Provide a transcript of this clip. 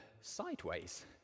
sideways